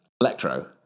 electro